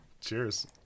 cheers